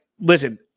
listen